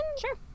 Sure